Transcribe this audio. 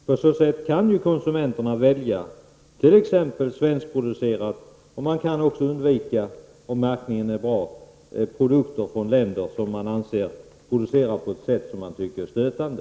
På så sätt kan konsumenterna välja t.ex. svenskproducerade varor. Om märkningen är bra, kan konsumenterna också undvika produkter från länder som man anser producerar på ett sätt som upplevs som stötande.